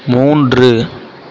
மூன்று